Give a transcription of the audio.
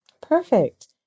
perfect